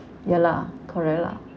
ya lah correct lah